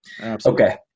okay